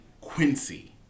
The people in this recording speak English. Quincy